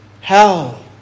Hell